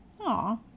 Aw